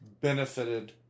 benefited